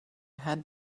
had